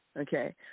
Okay